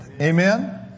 Amen